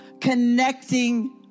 connecting